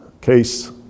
case